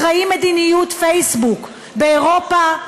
אחראי מדיניות פייסבוק באירופה,